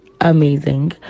amazing